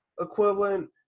equivalent